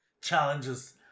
challenges